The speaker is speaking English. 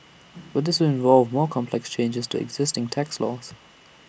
but this would involve more complex changes to existing tax laws